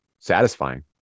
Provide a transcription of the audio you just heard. satisfying